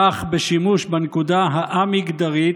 כך בשימוש בנקודה הא-מגדרית,